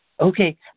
Okay